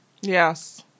yes